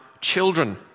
children